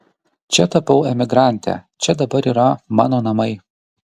čia tapau emigrante čia dabar yra mano namai